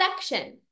section